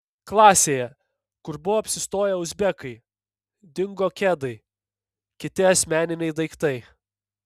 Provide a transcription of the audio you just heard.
klasėje kur buvo apsistoję uzbekai dingo kedai kiti asmeniniai daiktai